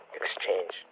exchange